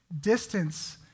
distance